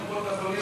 אבל קופות החולים,